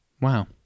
Wow